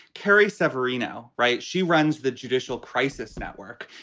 carrie severino. right. she runs the judicial crisis network.